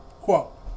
Quote